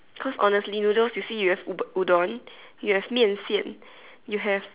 cause honestly noodles you see you have u~ Udon you have 面线 you have